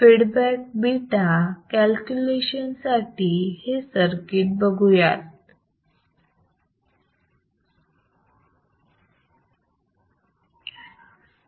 feedback beta calculation साठी हे circuit बघुयात